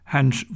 Hans